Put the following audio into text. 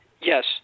Yes